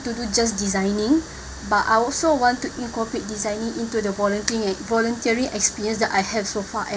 to do just designing but I also want to incorporate designing into the volunteering and voluntary experience that I have so far